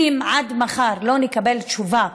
אם עד מחר לא נקבל תשובה,